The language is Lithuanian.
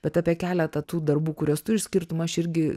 bet apie keletą tų darbų kuriuos tu išskirtum aš irgi